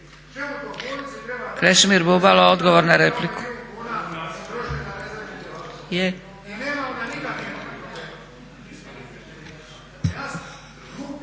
Krešimir Bubalo, odgovor na repliku.